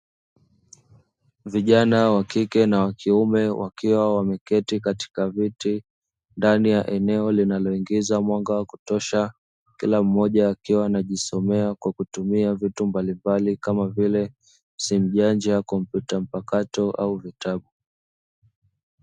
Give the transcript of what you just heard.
Vijana wa kike na wa kiume wakiwa wameketi katika viti ndani ya eneo linaloingiza mwanga wa kutosha, kila mmoja akiwa anajisomea kwa kutumia vitu mbalimbali kama vile; simu janja, kompyuta mpakato au vitabu.